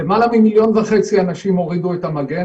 למעל 1.5 מיליון אנשים הורידו את המגן,